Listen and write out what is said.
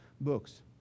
books